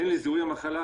הן לזיהוי המחלה,